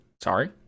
sorry